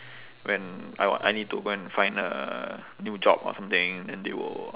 when I I need to go and find a new job or something then they will